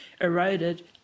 eroded